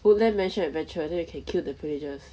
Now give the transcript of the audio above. woodland mansion adventure you can kill the pillagers